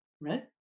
right